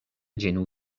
ĝenu